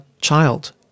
child